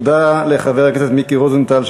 תודה לחבר הכנסת מיקי רוזנטל,